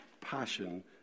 passion